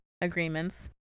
agreements